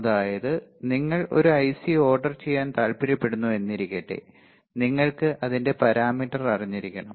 അതായത് നിങ്ങൾ ഒരു ഐസി ഓർഡർ ചെയ്യാൻ താല്പര്യപ്പെടുന്നു എന്നിരിക്കട്ടെ നിങ്ങൾക്ക് അതിൻറെ പരാമീറ്റർ അറിഞ്ഞിരിക്കണം